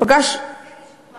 אין יישובים